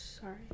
Sorry